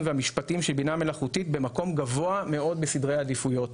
והמשפטים של בינה מלאכותית במקום גבוה מאוד בסדרי עדיפויות,